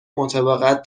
مطابقت